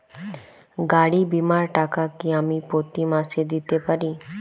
গাড়ী বীমার টাকা কি আমি প্রতি মাসে দিতে পারি?